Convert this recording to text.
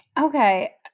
Okay